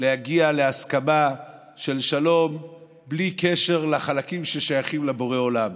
כדי להגיע להסכמה של שלום בלי קשר לחלקים ששייכים לבורא עולם.